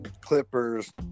Clippers